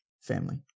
family